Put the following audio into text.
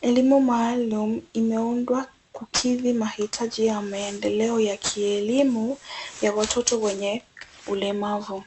Elimu maalum imeundwa kukidhi mahitaji ya maendeleo ya kielimu ,ya watoto wenye ulemavu .